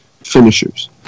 finishers